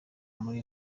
muri